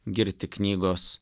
girti knygos